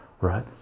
right